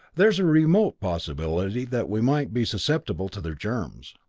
there's a remote possibility that we might be susceptible to their germs.